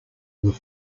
were